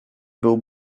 był